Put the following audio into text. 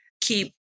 keep